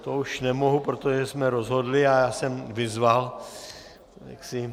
To už nemohu, protože jsme rozhodli a já jsem vyzval jaksi...